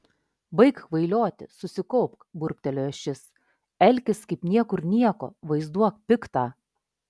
baik kvailioti susikaupk burbtelėjo šis elkis kaip niekur nieko vaizduok piktą